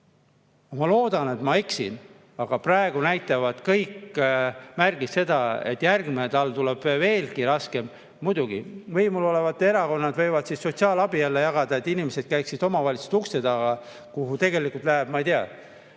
Ma loodan, et ma eksin, aga praegu näitavad kõik märgid seda, et järgmine talv tuleb veelgi raskem. Muidugi, võimul olevad erakonnad võivad siis jälle sotsiaalabi jagada, et inimesed käiksid omavalitsuste uste taga, kuhu tegelikult läheb, ma ei tea,